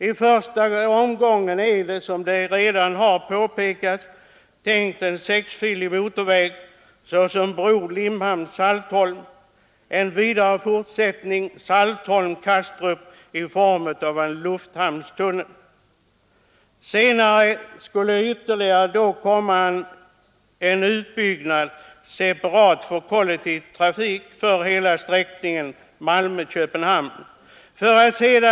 I första omgången är det, som redan har påpekats, tänkt en bro med sexfilig motorväg Limhamn—Saltholm. Vägen skall sedan fortsätta mellan Saltholm och Kastrup. Senare skall det komma ytterligare en utbyggnad separat för kollektiv trafik hela sträckningen Malmö-—Köpenhamn.